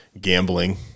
gambling